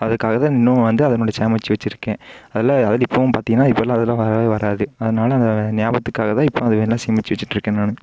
அதுக்காகதான் இன்னும் வந்து அதனுடைய சேமித்து வச்சுருக்கேன் அதில் அதிலயும் இப்பவும் பார்த்தீங்கனா இப்பெலாம் அதலாம் வரவே வராது அதனால அந்த ஞாபகத்துக்காகதான் இப்பவும் அதுவேனா சேமித்து வச்சுட்ருக்கேன் நான்